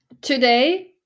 Today